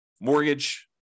mortgage